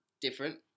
Different